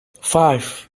five